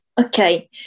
Okay